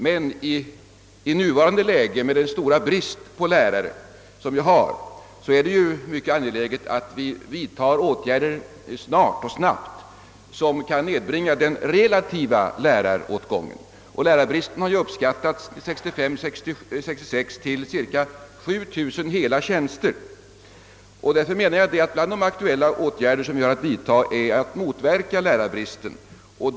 Men i nuvarande läge med den stora lärarbrist som råder är det mycket angeläget att vi snabbt vidtar åtgärder som kan nedbringa den relativa läraråtgången. För 1965—1966 uppskattas lärarbristen till cirka 7 000 hela tjänster, och därmed blir åtgärder för att motverka lärarbristen mycket aktuella.